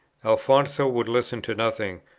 alfonso would listen to nothing,